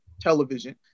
television